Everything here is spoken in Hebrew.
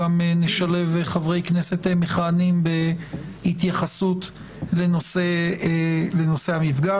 נשלב גם חברי כנסת מכהנים בהתייחסות לנושא המפגש.